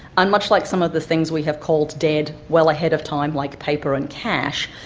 and much like some of the things we have called dead well ahead of time, like paper and cash,